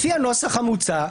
לפי הנוסח המוצע,